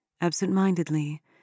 Absent-mindedly